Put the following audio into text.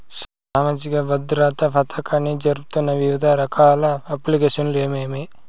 సామాజిక భద్రత పథకాన్ని జరుపుతున్న వివిధ రకాల అప్లికేషన్లు ఏమేమి?